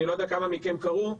אני לא יודע כמה מכם קראו,